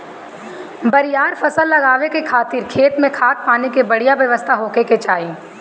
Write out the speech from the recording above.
बरियार फसल लगावे खातिर खेत में खाद, पानी के बढ़िया व्यवस्था होखे के चाही